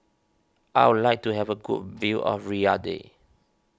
I would like to have a good view of Riyadh